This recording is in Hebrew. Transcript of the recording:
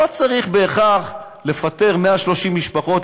לא צריך בהכרח לפטר 130 משפחות,